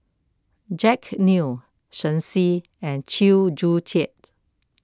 Jack Neo Shen Xi and Chew Joo Chiat